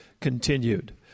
continued